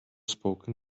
spoken